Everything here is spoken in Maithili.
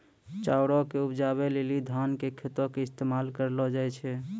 चाउरो के उपजाबै लेली धान के खेतो के इस्तेमाल करलो जाय छै